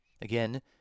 Again